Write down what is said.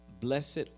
blessed